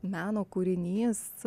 meno kūrinys